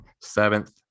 Seventh